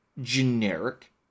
generic